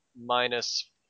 minus